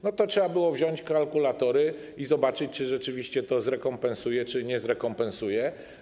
No to trzeba było wziąć kalkulatory i zobaczyć, czy rzeczywiście to zrekompensuje czy nie zrekompensuje.